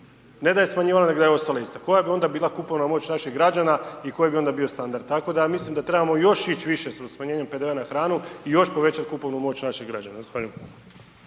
Ne da je smanjivala nego da je ostala ista. Koja bi onda bila kupovna moć naših građana i koji bi onda bio standard. Tako da ja mislim da trebamo još ići više sa smanjenjem PDV-a na hranu i još povećati kupovnu moć naših građana. Zahvaljujem.